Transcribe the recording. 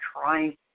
trying